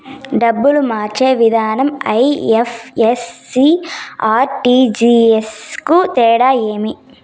డబ్బులు మార్చే విధానం ఐ.ఎఫ్.ఎస్.సి, ఆర్.టి.జి.ఎస్ కు తేడా ఏమి?